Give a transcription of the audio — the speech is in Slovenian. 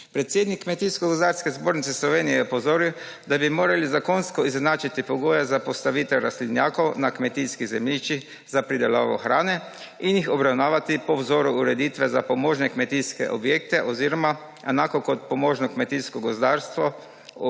Predsednik Kmetijsko gozdarske zbornice Slovenije je opozoril, da bi morali zakonsko izenačiti pogoje za postavitev rastlinjakov na kmetijskih zemljiščih za pridelavo hrane in jih obravnavati po vzoru ureditve za pomožne kmetijske objekte oziroma enako kot pomožno kmetijsko-gozdarsko